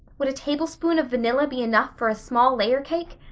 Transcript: would a tablespoon of vanilla be enough for a small layer cake?